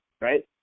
right